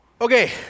Okay